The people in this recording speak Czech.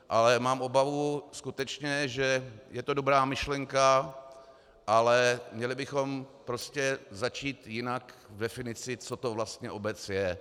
Ale mám obavu skutečně, že je to dobrá myšlenka, ale měli bychom prostě začít jinak v definici, co to vlastně obec je.